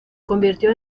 convirtió